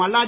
Malladi